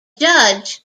judge